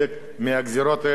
ההערה שלך נכונה.